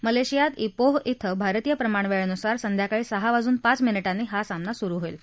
मलेशियात पीह क्वे भारतीय प्रमाण वेळेनुसार संध्याकाळी सहा वाजून पाच मिनिधींनी हा सामना सुरु होईल